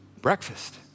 breakfast